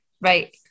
right